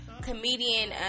Comedian